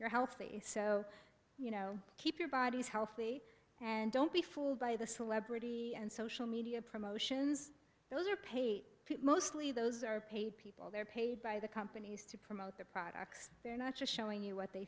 you're healthy so you know keep your bodies healthy and don't be fooled by the celebrity and social media promotions those are paid mostly those are paid people they're paid by the companies to promote their products they're not just showing you what they